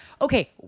okay